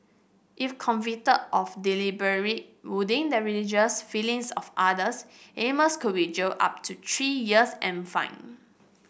if convicted of deliberate wounding the religious feelings of others Amos could be jailed up to three years and fined